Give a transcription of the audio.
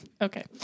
Okay